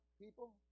people